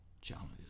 challenges